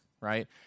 right